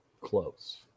Close